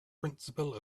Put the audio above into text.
principle